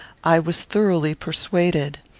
i was thoroughly persuaded.